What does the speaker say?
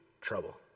trouble